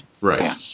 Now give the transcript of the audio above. right